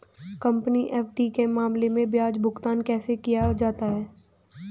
Company FD के मामले में ब्याज भुगतान कैसे किया जाता है?